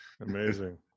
Amazing